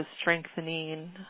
strengthening